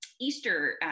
Easter